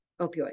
opioids